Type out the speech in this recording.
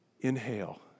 inhale